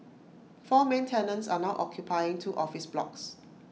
four main tenants are now occupying two office blocks